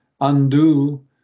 undo